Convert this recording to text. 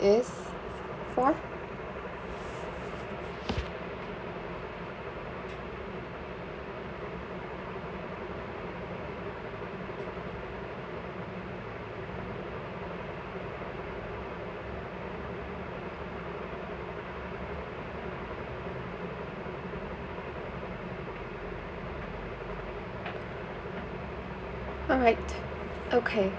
is for alright okay